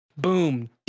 Boom